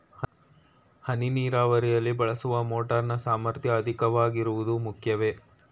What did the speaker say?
ಹನಿ ನೀರಾವರಿಯಲ್ಲಿ ಬಳಸುವ ಮೋಟಾರ್ ನ ಸಾಮರ್ಥ್ಯ ಅಧಿಕವಾಗಿರುವುದು ಮುಖ್ಯವೇ?